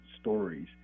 stories